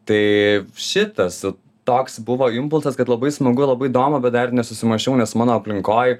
tai šitas toks buvo impulsas kad labai smagu labai įdomu bet dar nesusimąsčiau nes mano aplinkoj